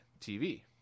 tv